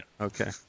Okay